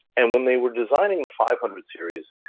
and when they were designing the five hundred series,